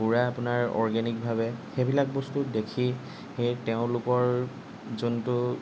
পূৰা আপোনাৰ অৰ্গেনিকভাৱে সেইবিলাক বস্তু দেখি সেই তেওঁলোকৰ যোনটো